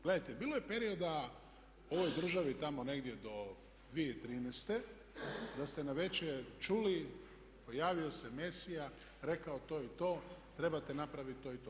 Gledajte, bilo je perioda u ovoj državi tamo negdje do 2013. da ste navečer čuli pojavio se Mesija, rekao to i to, trebate napraviti to i to.